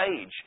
age